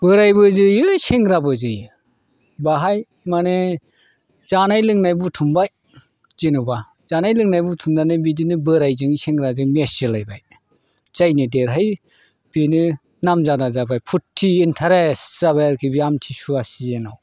बोरायबो जोयो सेंग्राबो जोयो बेवहाय माने जानाय लोंनाय बुथुमबाय जेनेबा जानाय लोंनाय बुथुमनानै बिदिनो बोरायजों सेंग्राजों मेत्स जालायबाय जायनो देरहायो बेनो नामजादा जाबाय फुर्टि इन्थारेस्ट जाबाय आरोखि बे आमतिसुवा सिजोनाव